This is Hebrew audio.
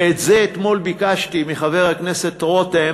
ואת זה אתמול ביקשתי מחבר הכנסת רותם